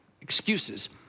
excuses